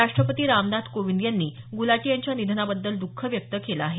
राष्ट्रपती रामनाथ कोविंद यांनी गुलाटी यांच्या निधनाबद्दल दुःख व्यक्त केल आहे